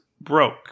broke